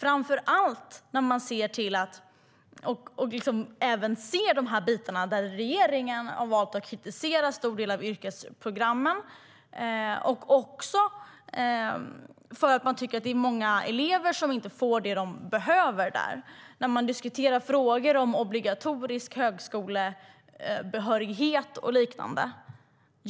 Det gäller framför allt de bitar där regeringen har valt att kritisera en stor del av yrkesprogrammen i praktiken, också för att man tycker att det är många elever som inte får det de behöver när det gäller frågor om obligatorisk högskolebehörighet och liknande.